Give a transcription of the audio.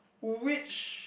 which